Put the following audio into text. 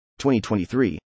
2023